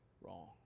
wrong